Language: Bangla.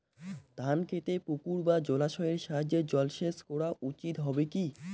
ধান খেতে পুকুর বা জলাশয়ের সাহায্যে জলসেচ করা উচিৎ হবে কি?